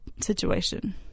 situation